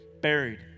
buried